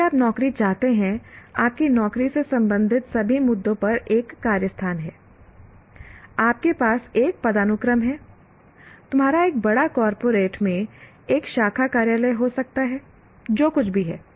जो भी आप नौकरी करते हैं आपकी नौकरी से संबंधित सभी मुद्दों पर एक कार्य स्थान है आपके पास एक पदानुक्रम है तुम्हारा एक बड़ा कॉर्पोरेट में एक शाखा कार्यालय हो सकता है जो कुछ भी है